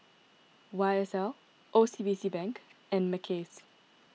Y S L O C B C Bank and Mackays